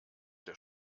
der